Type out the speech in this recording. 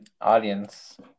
Audience